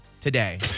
today